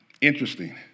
Interesting